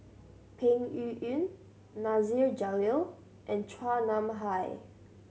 Peng Yuyun Nasir Jalil and Chua Nam Hai